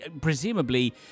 Presumably